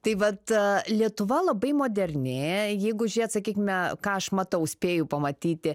tai vat lietuva labai moderni jeigu žiūrėt atsakykime ką aš matau spėju pamatyti